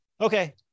Okay